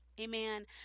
Amen